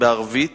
בערבית